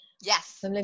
Yes